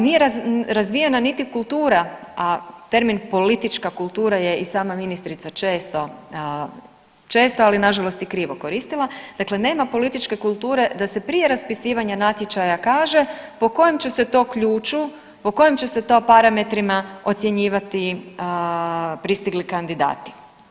Nije razvijena niti kultura, a termin politička kultura je i sama ministrica često, često, ali nažalost i krivo koristila, dakle nema političke kulture da se prije raspisivanja natječaja kaže po kojem će se to ključu, po kojim će se to parametrima ocjenjivati pristigli kandidati.